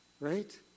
right